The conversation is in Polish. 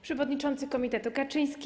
Przewodniczący Komitetu Kaczyński!